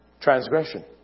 transgression